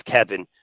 Kevin